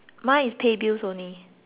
to me